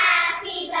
Happy